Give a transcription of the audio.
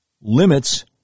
limits